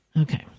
Okay